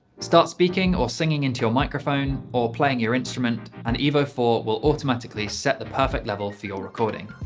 smart speaking or singing into your microphone, or playing your instrument and evo four will automatically set the perfect level for your recording.